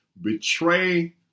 betray